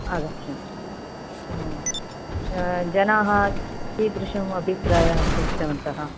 आगच्छन् जनाः कीदृशः अभिप्रायः सूचितवन्तः